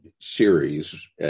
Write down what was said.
series